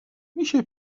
میشه